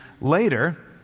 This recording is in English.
later